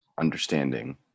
understanding